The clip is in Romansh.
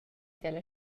dalla